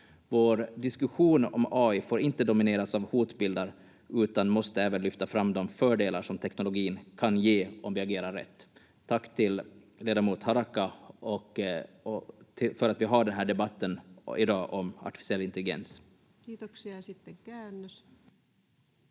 Vår diskussion om AI får inte domineras av hotbilder utan måste även lyfta fram de fördelar som teknologin kan ge om vi agerar rätt. Tack till ledamot Harakka för att vi har den här debatten i dag om artificiell intelligens. [Tulkki esittää